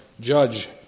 judge